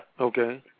Okay